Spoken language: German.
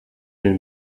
den